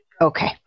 Okay